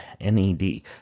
N-E-D